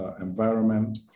environment